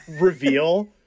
reveal